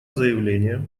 заявление